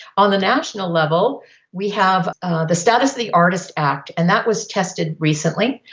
on the national level we have ah the status of the artist act, and that was tested recently.